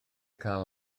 cael